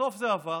בסוף זה עבר,